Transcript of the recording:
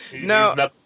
No